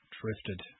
drifted